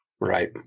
Right